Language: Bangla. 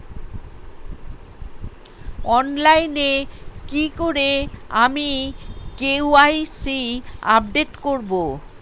অনলাইনে কি করে আমি কে.ওয়াই.সি আপডেট করব?